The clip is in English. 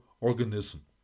organism